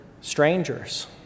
strangers